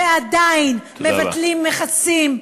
ועדיין מבטלים מכסים,